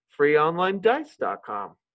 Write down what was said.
freeonlinedice.com